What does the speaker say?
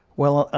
well,